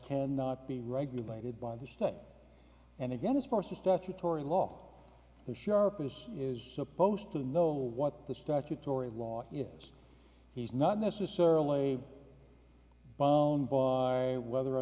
can not be regulated by the state and again as far as the statutory law is sharpness is supposed to know what the statutory law is he's not necessarily a bound by whether or